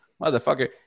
Motherfucker